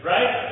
Right